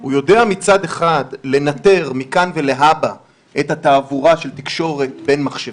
הוא יודע מצד אחד לנטר מכאן ולהבא את תעבורת התקשורת בין מחשבים,